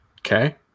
Okay